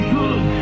good